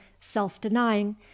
self-denying